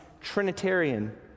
Trinitarian